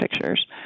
pictures